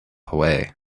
away